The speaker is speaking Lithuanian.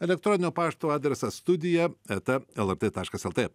elektroninio pašto adresas studija eta lrt taškas lt